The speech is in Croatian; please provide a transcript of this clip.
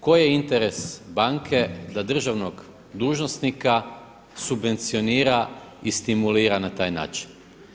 Koji je interes banke da državnog dužnosnika subvencionira i stimulira na taj način?